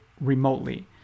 remotely